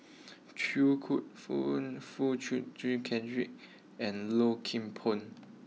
Choo Foo Chee Cedric and Low Kim Pong